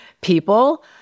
people